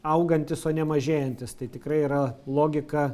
augantis o ne mažėjantis tai tikrai yra logika